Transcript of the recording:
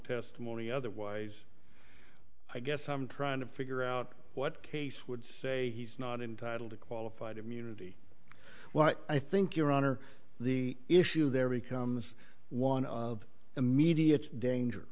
testimony otherwise i guess i'm trying to figure out what case would say he's not entitled to qualified immunity what i think your honor the issue there becomes one of immediate danger